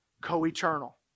co-eternal